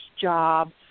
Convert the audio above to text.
job